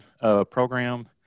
program